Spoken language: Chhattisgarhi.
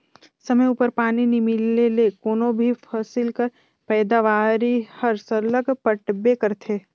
समे उपर पानी नी मिले ले कोनो भी फसिल कर पएदावारी हर सरलग घटबे करथे